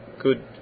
good